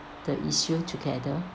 the issue together